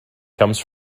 comes